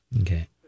Okay